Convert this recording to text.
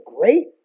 great